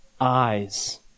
eyes